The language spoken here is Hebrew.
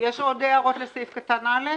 יש עוד הערות לסעיף קטן (א)?